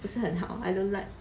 不是很好 shi hen hao I don't like